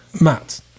Matt